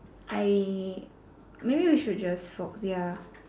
I maybe we should just socks ya